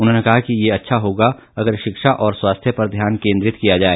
उन्होंने कहा कि यह अच्छा होगा अगर शिक्षा और स्वास्थ्य पर ध्यान केंद्रित किया जाए